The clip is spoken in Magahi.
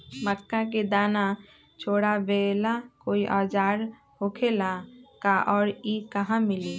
मक्का के दाना छोराबेला कोई औजार होखेला का और इ कहा मिली?